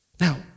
Now